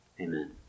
Amen